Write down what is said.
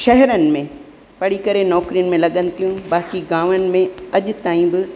शहरनि में पढ़ी करे नौकिरियुनि में लॻनि थियूं ताकी गांवनि में अॼु ताईं बि